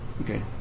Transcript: Okay